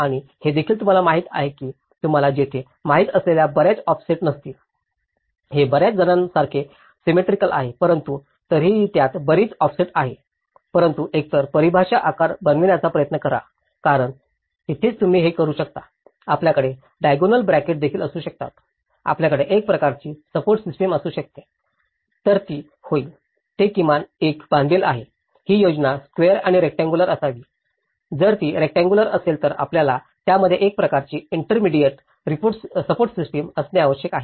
आणि हे देखील तुम्हाला माहिती आहे की तुम्हाला येथे माहित असलेल्या बर्याच ऑफसेट नसतील हे बर्याच जणांसारखे सिमेट्रिकल आहे परंतु तरीही त्यात बरीच ऑफसेट आहेत परंतु एकतर परिभाषित आकार बनवण्याचा प्रयत्न करा कारण तिथेच तुम्ही हे करू शकता आपल्याकडे डायगोनल ब्रॅकेट देखील असू शकतात आपल्याकडे एक प्रकारची सप्पोर्ट सिस्टिम असू शकते तर ती होईल ते किमान एक बांधील आहे ही योजना स्वेअर किंवा रेक्टअंगुलर असावी जर ती रेक्टअंगुलर असेल तर आपल्याला त्यामध्ये एक प्रकारची इंटरमिजिएट सपोर्ट सिस्टम असणे आवश्यक आहे